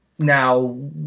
Now